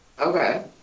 Okay